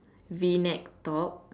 V necked top